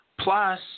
Plus